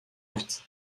nichts